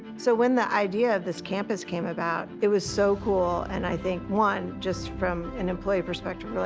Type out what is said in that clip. so when the idea of this campus came about it was so cool and i think one, just from an employee perspective we're like,